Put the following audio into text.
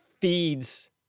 feeds